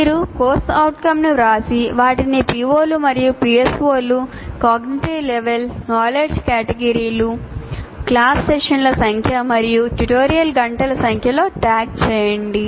మీరు CO ను వ్రాసి వాటిని PO లు మరియు PSO లు కాగ్నిటివ్ లెవల్ నాలెడ్జ్ కేతగిరీలు క్లాస్ సెషన్ల సంఖ్య మరియు ట్యుటోరియల్ గంటల సంఖ్యతో ట్యాగ్ చేయండి